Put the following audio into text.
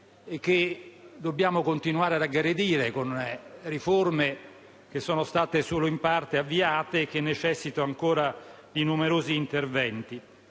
e che dobbiamo continuare ad aggredire con riforme che sono state solo in parte avviate e che necessitano ancora di numerosi interventi.